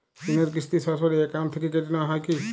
ঋণের কিস্তি সরাসরি অ্যাকাউন্ট থেকে কেটে নেওয়া হয় কি?